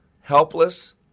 helpless